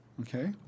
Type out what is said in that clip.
Okay